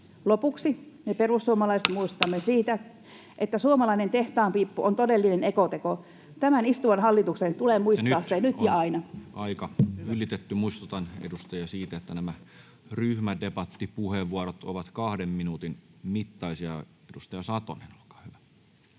Lopuksi me perussuomalaiset muistutamme siitä, että suomalainen tehtaanpiippu on todellinen ekoteko. Tämän istuvan hallituksen tulee muistaa se nyt ja aina. Nyt on aika ylitetty. Muistutan edustajia siitä, että nämä ryhmädebattipuheenvuorot ovat kahden minuutin mittaisia. — Edustaja Satonen, olkaa hyvä.